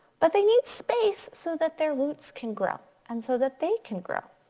but they need space so that their roots can grow and so that they can grow.